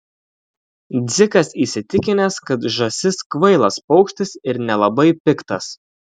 dzikas įsitikinęs kad žąsis kvailas paukštis ir nelabai piktas